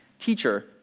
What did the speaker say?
Teacher